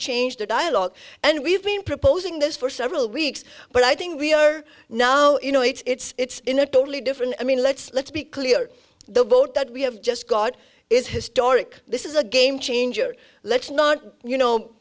change the dialogue and we've been proposing this for several weeks but i think we are now it's in a totally different i mean let's let's be clear the boat that we have just got is historic this is a game changer let's not you know